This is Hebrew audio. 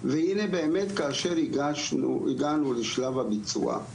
והנה באמת כאשר הגענו לשלב הביצוע,